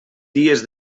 dies